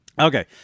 Okay